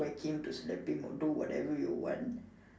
to whack him to slap him or do whatever you want